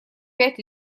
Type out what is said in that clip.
пять